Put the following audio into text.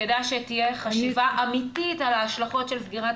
כדאי שתהיה חשיבה אמיתית על ההשלכות של סגירת